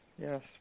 yes